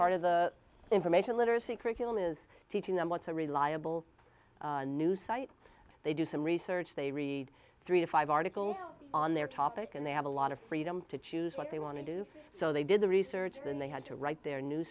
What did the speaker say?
part of the information literacy curriculum is teaching them what's a reliable news site they do some research they read three to five articles on their topic and they have a lot of freedom to choose what they want to do so they did the research then they had to write their new